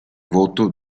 voto